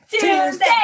Tuesday